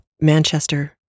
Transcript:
Manchester